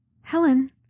Helen